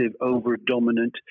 over-dominant